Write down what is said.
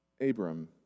abram